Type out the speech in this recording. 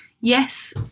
Yes